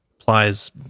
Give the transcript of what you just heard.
applies